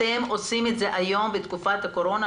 אתם עושים את זה היום בתקופת הקורונה.